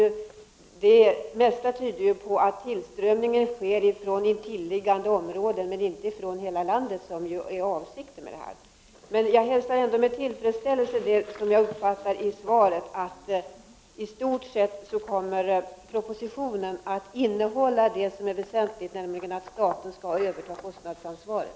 Det mesta tyder på att tillströmningen sker från intilliggande områden, inte som avsett är från hela landet. Men jag hälsar ändå med tillfredsställelse beskedet i svaret att propositionen i stort sett kommer att innehålla det väsentliga, nämligen att staten skall överta kostnadsansvaret.